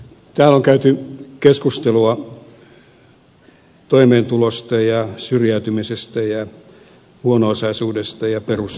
täällä on käyty keskustelua toimeentulosta ja syrjäytymisestä ja huono osaisuudesta ja perusturvasta ja tulosta